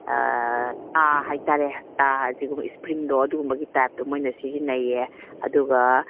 ꯑꯥ ꯇꯥ ꯍꯥꯏꯇꯔꯦ ꯇꯥ ꯁꯤꯒꯨꯝꯕ ꯁ꯭ꯄ꯭ꯔꯤꯡꯗꯣ ꯑꯗꯨꯒꯨꯝꯕꯒꯤ ꯇꯥꯏꯄꯇꯣ ꯃꯣꯏꯅ ꯁꯤꯖꯤꯟꯅꯩꯌꯦ ꯑꯗꯨꯒ